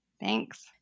Thanks